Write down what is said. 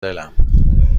دلم